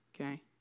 Okay